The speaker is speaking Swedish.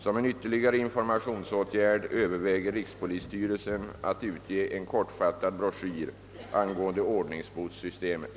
Som en ytterligare informationsåtgärd överväger rikspolisstyrelsen att utge en kortfattad broschyr angående ordningsbotssystemet.